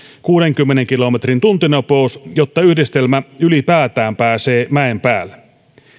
kuudenkymmenen kilometrin tuntinopeus jotta yhdistelmä ylipäätään pääsee mäen päälle